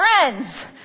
Friends